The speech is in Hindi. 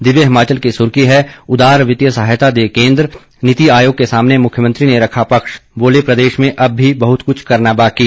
दिव्य हिमाचल की सुर्खी है उदार वित्तीय सहायता दें केंद्र नीति आयोग के सामने मुख्यमंत्री ने रखा पक्ष बोले प्रदेश में अब भी बहुत कुछ करना बाकि